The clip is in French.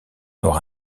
noire